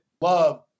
love